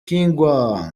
kigwa